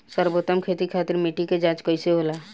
सर्वोत्तम खेती खातिर मिट्टी के जाँच कईसे होला?